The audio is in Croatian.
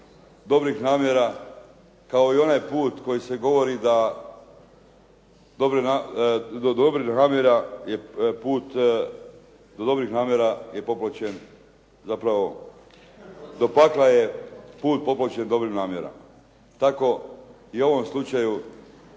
dobrih namjera, kao i onaj put koji se govori da je, do pakla je put popločen dobrim namjerama. Tako i u ovom slučaju,